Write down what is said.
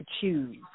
choose